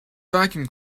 vacuum